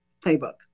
playbook